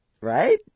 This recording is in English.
Right